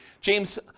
James